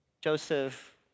Joseph